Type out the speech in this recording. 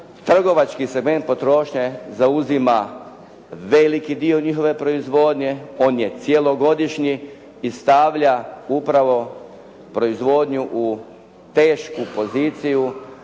trgovački segment potrošnje zauzima veliki dio njihove proizvodnje, on je cjelogodišnji i stavlja upravo proizvodnju u tešku poziciju,